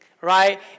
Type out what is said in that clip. Right